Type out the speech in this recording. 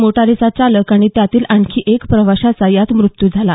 मोटारीचा चालक आणि त्यातील आणखी एका प्रवाशाचा यात मृत्यू झाला